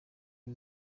aho